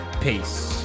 peace